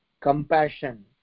compassion